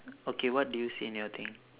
okay what do you see in your thing